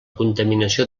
contaminació